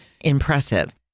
impressive